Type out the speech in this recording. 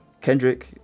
Kendrick